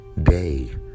day